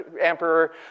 emperor